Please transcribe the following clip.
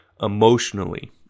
emotionally